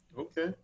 Okay